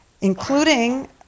including